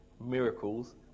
miracles